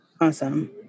Awesome